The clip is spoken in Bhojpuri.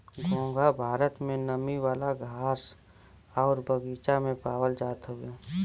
घोंघा भारत में नमी वाला घास आउर बगीचा में पावल जात हउवे